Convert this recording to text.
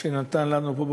שנתן לנו פה במליאה,